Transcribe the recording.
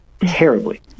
terribly